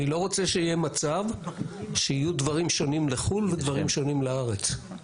אני לא רוצה שיהיה מצב שיהיו דברים שונים לחו"ל ודברים שונים לארץ.